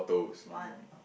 one